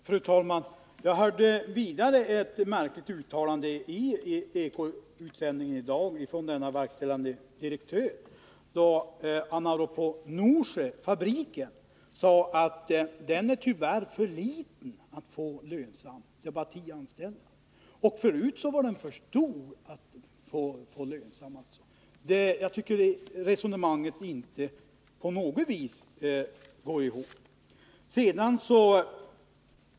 Fru talman! Jag hörde vidare ett märkligt uttalande av denne verkställande direktör i ekoutsändningen i radio i dag. Han sade att fabriken i Norsjö tyvärr var för liten för att kunna göras lönsam — det är bara tio anställda. Och förut var fabriken alltså för stor för att kunna bli lönsam. Det resonemanget går inte på något vis ihop.